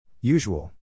Usual